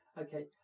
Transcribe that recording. okay